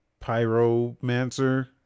pyromancer